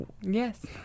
yes